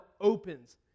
opens